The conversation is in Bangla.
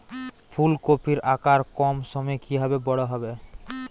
ফুলকপির আকার কম সময়ে কিভাবে বড় হবে?